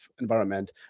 environment